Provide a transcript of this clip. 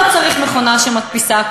לא צריך מכונה שמדפיסה.